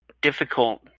difficult